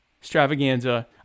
extravaganza